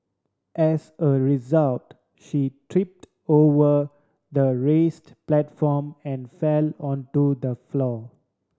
as a result she tripped over the raised platform and fell onto the floor